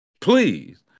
Please